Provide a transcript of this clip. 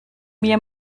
mir